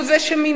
הוא זה שמינה,